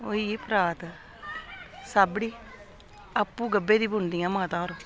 होई गेई परात छाबड़ी आपूं गब्भे दी बुनदियां माता होर